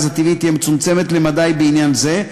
הטבעי תהיה מצומצמת למדי בעניין זה,